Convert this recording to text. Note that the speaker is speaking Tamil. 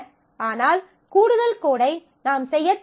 ஆனால் கூடுதல் கோடை நாம் செய்யத் தேவையில்லை